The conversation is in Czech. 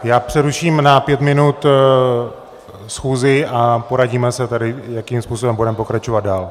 Já přeruším na pět minut schůzi a poradíme se tady, jakým způsobem budeme pokračovat dál.